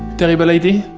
terrible idea?